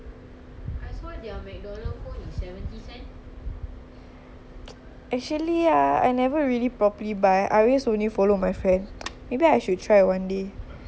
actually ah I never really properly buy I always only follow my friend maybe I should try one day then you leh I think your school your school got cheers and subway right